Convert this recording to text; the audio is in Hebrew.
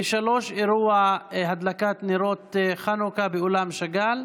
ב-15:00 אירוע הדלקת נרות חנוכה באולם שאגאל.